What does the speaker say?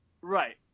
Right